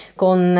con